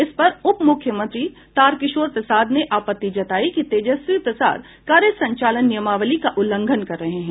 इस पर उप मुख्यमंत्री तारकिशोर प्रसाद ने आपत्ति जताई कि तेजस्वी प्रसाद कार्य संचालन नियमावली का उल्लंघन कर रहे हैं